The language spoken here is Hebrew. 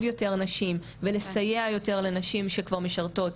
יותר נשים ולסייע יותר לנשים שכבר משרתות.